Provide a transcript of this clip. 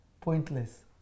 Pointless